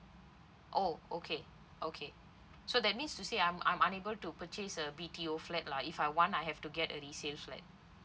oh okay okay so that means to say I'm I'm unable to purchase a B_T_O flat lah if I want I have to get a resale flat